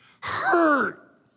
hurt